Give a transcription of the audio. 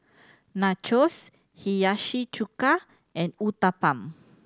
Nachos Hiyashi Chuka and Uthapam